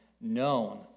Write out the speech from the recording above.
known